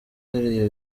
hariya